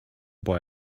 boy